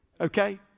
Okay